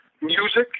music